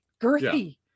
girthy